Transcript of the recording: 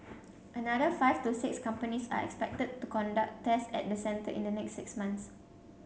another five to six companies are expected to conduct tests at the centre in the next six months